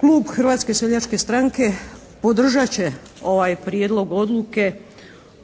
klub Hrvatske seljačke stranke podržat će ovaj prijedlog odluke